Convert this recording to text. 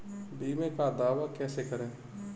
बीमे का दावा कैसे करें?